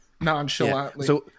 nonchalantly